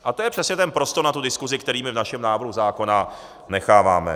A to je přesně ten prostor na tu diskusi, který v našem návrhu zákona necháváme.